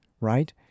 right